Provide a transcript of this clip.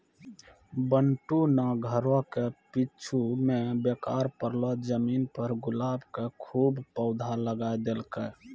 बंटू नॅ घरो के पीछूं मॅ बेकार पड़लो जमीन पर गुलाब के खूब पौधा लगाय देलकै